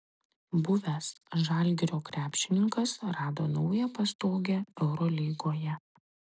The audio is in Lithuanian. buvęs žalgirio krepšininkas rado naują pastogę eurolygoje